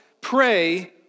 pray